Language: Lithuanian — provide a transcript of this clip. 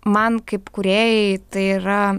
man kaip kūrėjai tai yra